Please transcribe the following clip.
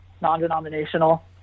non-denominational